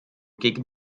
gegen